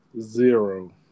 Zero